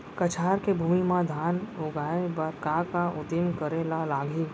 कछार के भूमि मा धान उगाए बर का का उदिम करे ला लागही?